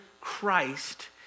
Christ